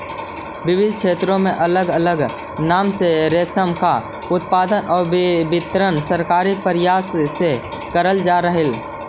विविध क्षेत्रों में अलग अलग नाम से रेशम का उत्पादन और वितरण सरकारी प्रयास से करल जा हई